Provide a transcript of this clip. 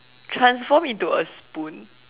transform into a spoon